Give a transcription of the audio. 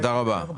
תודה רבה.